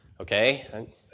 Okay